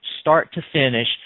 start-to-finish